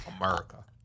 America